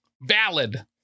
valid